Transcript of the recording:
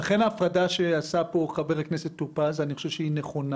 לכן ההפרדה שציין חבר הכנסת טור פז היא נכונה.